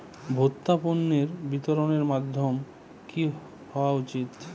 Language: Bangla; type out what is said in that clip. ভোক্তা পণ্যের বিতরণের মাধ্যম কী হওয়া উচিৎ?